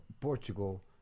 Portugal